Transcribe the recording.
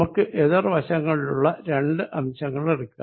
നമുക്ക് എതിർ വശങ്ങളിലുള്ള രണ്ടു അംശങ്ങൾ എടുക്കുക